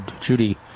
Judy